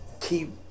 keep